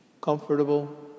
comfortable